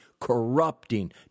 corrupting